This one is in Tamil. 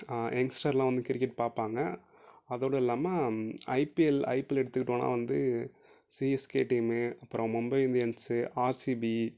யங்ஸ்டர்லாம் வந்து கிரிக்கெட் பார்ப்பாங்க அதோடு இல்லாமல் ஐபிஎல் ஐபிஎல் எடுத்துக்கிட்டோன்னால் வந்து சிஎஸ்கே டீமு அப்புறம் மும்பை இந்தியன்ஸ் ஆர்சிபி